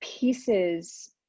pieces